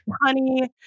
honey